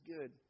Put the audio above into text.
good